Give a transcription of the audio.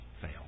fail